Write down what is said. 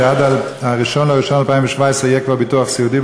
שעד 1 בינואר 2017 יהיה כבר ביטוח סיעודי,